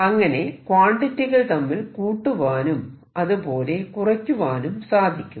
അങ്ങനെ ക്വാണ്ടിറ്റികൾ തമ്മിൽ കൂട്ടുവാനും അതുപോലെ തന്നെ കുറക്കുവാനും സാധിക്കും